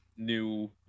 new